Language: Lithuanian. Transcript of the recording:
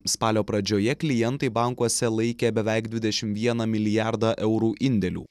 spalio pradžioje klientai bankuose laikė beveik dvidešim vieną milijardą eurų indėlių